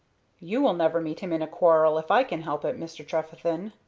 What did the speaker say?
you will never meet him in a quarrel if i can help it, mr. trefethen,